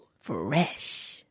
fresh